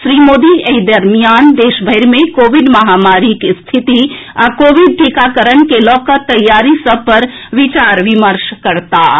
श्री मोदी एहि दरमियान देशभरि मे कोविड महामारीक रिथति आ कोविड टीकाकरण के लऽ कऽ तैयारी सभ पर विचार विमर्श करताह